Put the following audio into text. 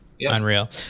Unreal